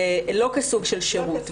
לא כסוג של שירות,